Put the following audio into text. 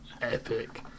Epic